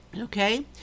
okay